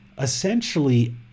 essentially